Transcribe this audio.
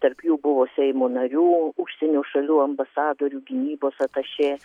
tarp jų buvo seimo narių užsienio šalių ambasadorių gynybos atašė